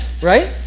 right